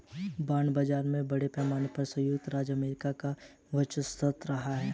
bond बाजार में बड़े पैमाने पर सयुक्त राज्य अमेरिका का वर्चस्व रहा है